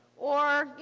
or,